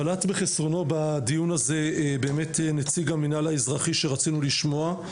בלט בחסרונו בדיון הזה באמת נציג המינהל האזרחי שרצינו לשמוע.